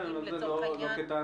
זה לא כטענה.